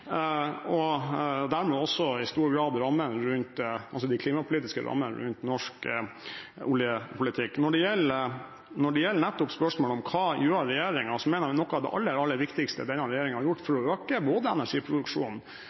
og dermed også i stor grad de klimapolitiske rammene rundt norsk oljepolitikk. Når det gjelder nettopp spørsmålet om hva regjeringen gjør, mener jeg noe av det aller, aller viktigste denne regjeringen har gjort for å øke ikke bare energiproduksjonen